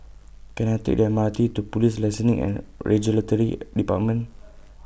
Can I Take The M R T to Police Licensing and Regulatory department